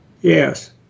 Yes